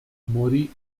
morì